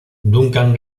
duncan